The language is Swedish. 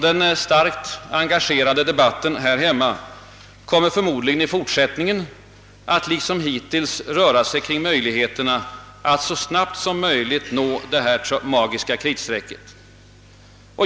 Den starkt engagerade debatten här hemma kommer förmodligen i fortsättningen att, liksom hittills, röra sig kring möjligheterna att så snabbt som möjligt nå det magiska kritstrecket.